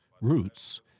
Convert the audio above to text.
Roots